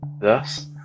Thus